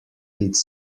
its